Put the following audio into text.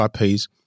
IPs